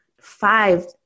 five